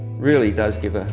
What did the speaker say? really does give ah